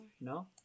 No